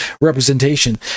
representation